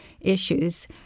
issues